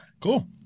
Cool